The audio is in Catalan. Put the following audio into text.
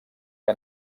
que